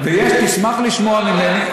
תשמח לשמוע ממני.